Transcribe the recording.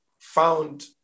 found